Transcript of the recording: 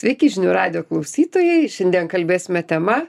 sveiki žinių radijo klausytojai šiandien kalbėsime tema